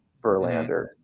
Verlander